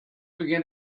began